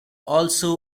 also